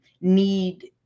need